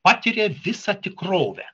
patiria visą tikrovę